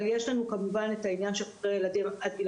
אבל יש לנו כמובן את העניין של חוקרי הילדים עד גיל